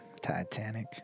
Titanic